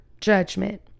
judgment